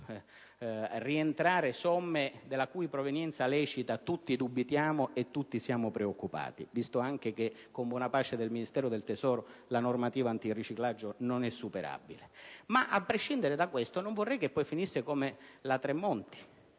rientrare somme della cui provenienza lecita tutti dubitiamo e tutti siamo preoccupati, visto che, con buona pace del Ministero dell'economia, la normativa antiriciclaggio non è superabile. A prescindere da questo, comunque, non vorrei che finisse come la cosiddetta